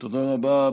תודה רבה.